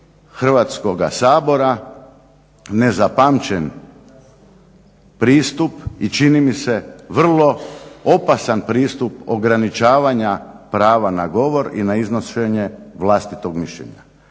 Hrvatskoga sabora nezapamćen pristup i čini mi se vrlo opasan pristup ograničavanja prava na govori i na iznošenje vlastitog mišljenja,